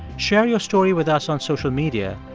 share your story with us on social media,